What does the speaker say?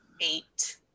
eight